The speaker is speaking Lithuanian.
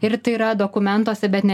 ir tai yra dokumentuose bet ne